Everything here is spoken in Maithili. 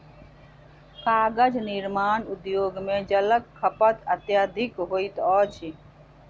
कागज निर्माण उद्योग मे जलक खपत अत्यधिक होइत अछि